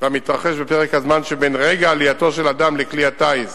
והמתרחש בפרק הזמן שבין רגע עלייתו של אדם לכלי הטיס